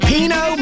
Pino